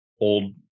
old